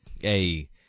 Hey